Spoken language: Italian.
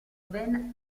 ben